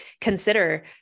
consider